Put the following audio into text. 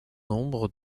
nombre